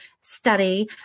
study